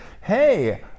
hey